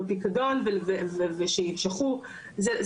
זה לא נדרש כי העובדים שבישראל בדרך כלל יודעים.